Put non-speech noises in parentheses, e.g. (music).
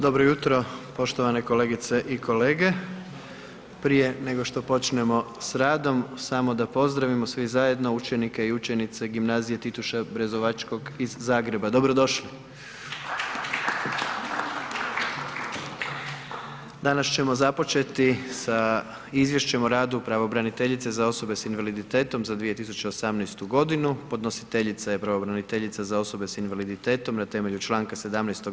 Dobro jutro poštovane kolegice i kolege, prije nego što počnemo s radom samo da pozdravimo svi zajedno učenike i učenice Gimnazije Tituša Brezovačkog iz Zagreba, dobro došli. (applause) Danas ćemo započeti sa izvješćem o radu pravobraniteljice za osobe s invaliditetom za 2018. godinu, podnositeljica je pravobraniteljica za osobe s invaliditetom na temelju Članka 17.